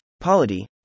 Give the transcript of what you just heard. Polity